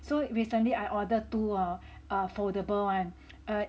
so recently I order two uh err foldable [one]